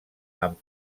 amb